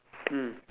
mm